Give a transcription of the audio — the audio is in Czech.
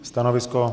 Stanovisko?